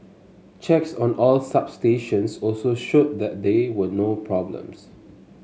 checks on all substations also showed that there were no problems